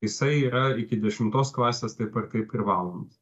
jisai yra iki dešimtos klasės taip ar kaip privalomas